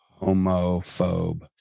Homophobe